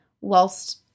whilst